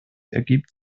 ergibt